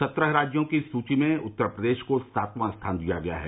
सत्रह राज्यों की इस सूची में उत्तर प्रदेश को सातवां स्थान दिया गया है